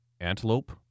antelope